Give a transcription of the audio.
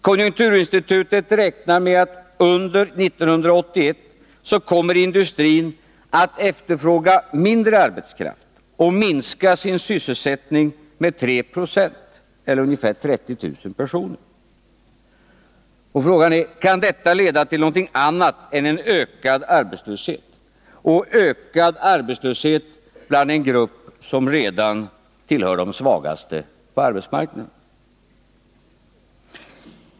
Konjunkturinstitutet räknar tvärtom med att industrin under 1980-talet kommer att efterfråga mindre arbetskraft och minska sin sysselsättning med 3 20 eller ungefär 30 000 personer. Frågan är: Kan detta leda till något annat än ökad arbetslöshet — och ökad arbetslöshet bland den grupp som redan tillhör de svagaste på arbetsmarknaden?